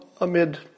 amid